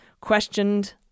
questioned